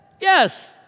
Yes